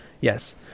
Yes